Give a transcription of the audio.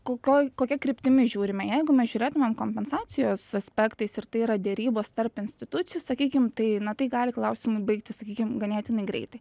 kokioj kokia kryptimi žiūrime jeigu mes žiūrėtumėm kompensacijos aspektais ir tai yra derybos tarp institucijų sakykim tai na tai gali klausimu baigtis sakykim ganėtinai greitai